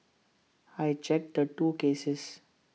I checked the two cases